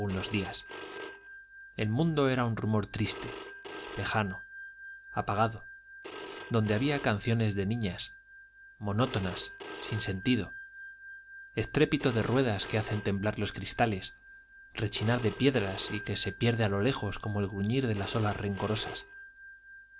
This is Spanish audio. los días el mundo era un rumor triste lejano apagado donde había canciones de niñas monótonas sin sentido estrépito de ruedas que hacen temblar los cristales rechinar las piedras y que se pierde a lo lejos como el gruñir de las olas rencorosas